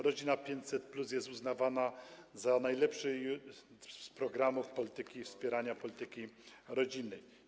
Rodzina 500+” jest uznawana za najlepszy z programów wspierania polityki rodzinnej.